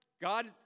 God